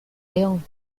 león